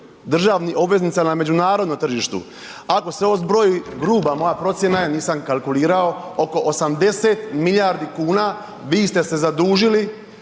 državnih obveznica na međunarodnom tržištu. Ako se ovo zbroji gruba moja procjena je, nisam kalkulirao oko 80 milijardi kuna, vi ste se zadužili,